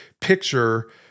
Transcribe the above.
picture